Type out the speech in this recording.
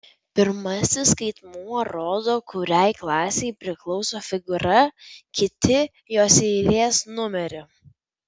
pirmasis skaitmuo rodo kuriai klasei priklauso figūra kiti jos eilės numerį